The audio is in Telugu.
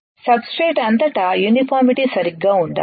సబ్ స్ట్రేట్ అంతటా యూనిఫామిటీ సరిగ్గా ఉండాలి